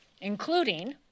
including